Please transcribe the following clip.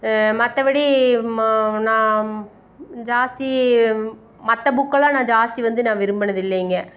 மற்றபடி நான் ஜாஸ்தி மற்ற புக்கெல்லாம் நான் ஜாஸ்தி வந்து நான் விரும்பினது இல்லைங்க